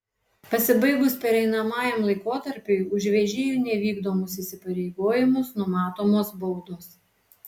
pasibaigus pereinamajam laikotarpiui už vežėjų nevykdomus įsipareigojimus numatomos baudos